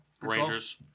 Rangers